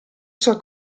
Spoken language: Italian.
sua